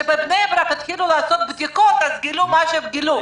כשבבני ברק התחילו לעשות בדיקות גילו מה שגילו,